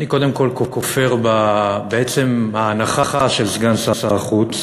אני, קודם כול, כופר בעצם ההנחה של סגן שר החוץ